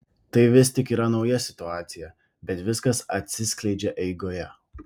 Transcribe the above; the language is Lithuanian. tai vis tik yra nauja situacija bet viskas atsiskleidžia eigoje